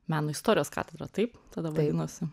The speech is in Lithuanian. meno istorijos katedrą taip tada vadinosi